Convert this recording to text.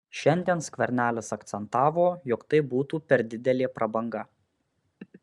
šiandien skvernelis akcentavo jog tai būtų per didelė prabanga